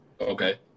okay